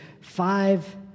five